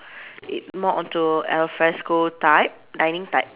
it more on to al fresco type dining type